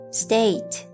state